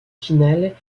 finales